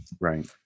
Right